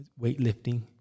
weightlifting